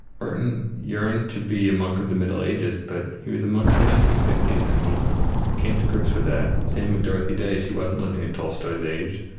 merton yearned to be a monk of the middle ages, but he was a monk of the nineteen fifty s, and he came to grips with that. same with dorothy day. she wasn't living in tolstoy's age,